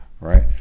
right